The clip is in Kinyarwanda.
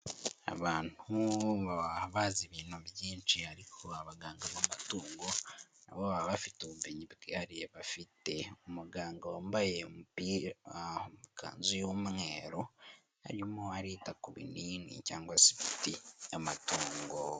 Abantu baba bazi ibintu byinshi ariko abaganga b'amatungo nabo baba bafite ubumenyi bwihariye bafite, umuganga wambaye ikanzu y'umweru, arimo arita ku binini cyangwa se imiti y'amatongo.